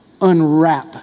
unwrap